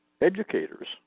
educators